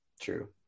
true